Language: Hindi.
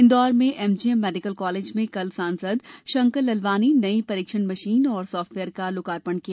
इन्दौर के एमजीएम मेडिकल कॉलेज में कल सांसद शंकर ललवानी नई परीक्षण मशीन और साफ्टवेयर का लोकार्पण किया